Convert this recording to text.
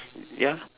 ya